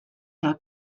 del